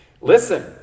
listen